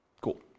Cool